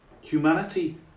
humanity